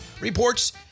reports